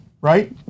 Right